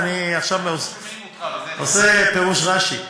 שומעים אותך, אתה רואה, אני עושה פירוש רש"י.